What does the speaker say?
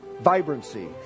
vibrancy